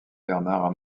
bernard